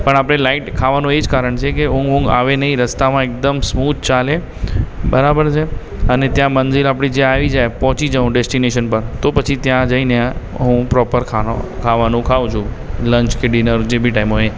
પણ આપણે લાઇટ ખાવાનું એ જ કારણ છે કે ઊંઘ ઊંઘ આવે નહીં રસ્તામાં એકદમ સ્મૂધ ચાલે બરાબર છે અને ત્યાં મંજીલ આપણી જે આવી જાય પહોંચી જાઉં ડેસ્ટિનેશન પર તો પછી ત્યાં જઈને હું પ્રોપર ખા ખાવાનું ખાઉં છું લંચ કે ડિનર જે બી ટાઇમ હોય એ